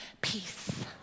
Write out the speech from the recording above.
Peace